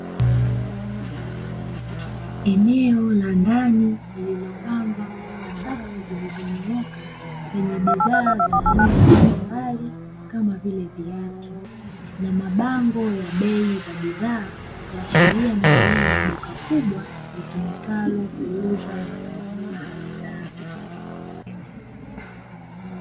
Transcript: Eneo la ndani lililopangwa katika safu zilizonyooka zenye bidhaa za aina mbalimbali kama vile viatu, na mabango ya bei za bidhaa kuashiria ni eneo la duka kubwa litumikalo kuuza na kununua bidhaa.